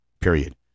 period